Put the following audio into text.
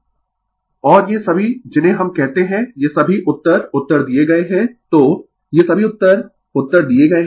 Refer slide Time 1716 तो और ये सभी जिन्हें हम कहते है ये सभी उत्तर उत्तर दिए गए है तो ये सभी उत्तर उत्तर दिए गए है